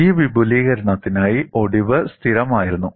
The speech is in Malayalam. ഈ വിപുലീകരണത്തിനായി ഒടിവ് സ്ഥിരമായിരുന്നു